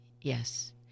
Yes